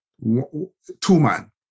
two-man